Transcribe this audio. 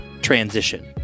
transition